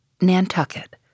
Nantucket